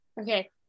okay